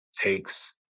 takes